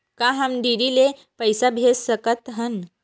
का हम डी.डी ले पईसा भेज सकत हन?